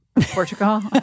Portugal